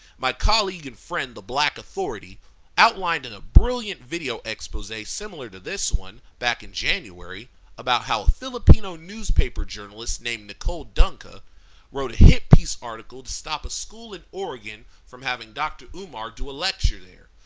my colleague and friend the black authority outlined in a brilliant video expose similar to this one back in january about how a filipino newspaper journalist named nicole dungca wrote a hit piece article to stop a school in oregon from having dr. umar do a lecture there,